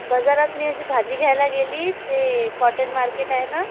बाजारात मी अशी भाजी घ्यायला गेली ते कॉटन मार्केट आहे ना